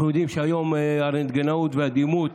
אנחנו יודעים שהיום ברנטגנאות ובדימות